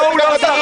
לא, הוא לא סרח.